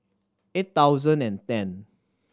eight thousand and ten